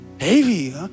heavy